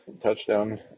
touchdown